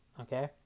okay